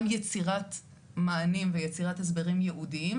גם יצירת מענים ויצירת הסברים ייעודיים,